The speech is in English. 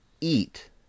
eat